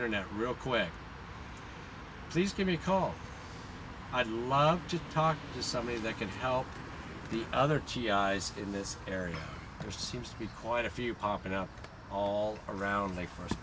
internet real quick please give me a call i'd love to talk to somebody that can help the other cheek eyes in this area there seems to be quite a few popping up all around the first